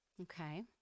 Okay